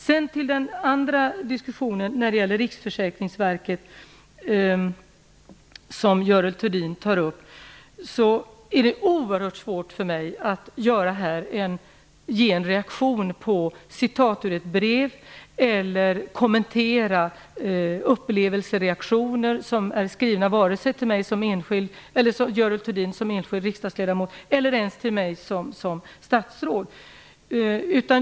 Vad gäller den andra diskussion som Görel Thurdin tar upp och som berör Riksförsäkringsverket vill jag säga att det för mig är oerhört svårt att här ge en reaktion på citat ur ett brev eller att kommentera upplevelsereaktioner, oavsett om de är riktade till Görel Thurdin som enskild riksdagsledamot eller till mig som statsråd.